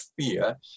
fear